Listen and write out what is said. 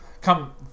come